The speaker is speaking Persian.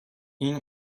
این